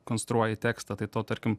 konstruoji tekstą tai to tarkim